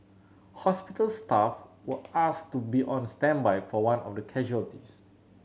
hospital staff were asked to be on standby for one of the casualties